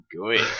good